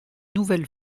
nouvelle